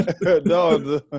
No